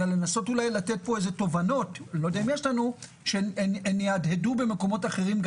לנסות ולתת תובנות שיהדהדו גם במקומות אחרים,